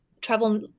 travel